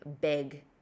big